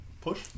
push